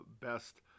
best